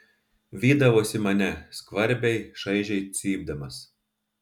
vydavosi mane skvarbiai šaižiai cypdamas